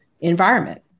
environment